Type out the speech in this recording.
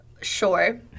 Sure